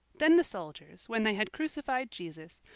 then the soldiers, when they had crucified jesus,